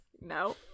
no